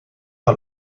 par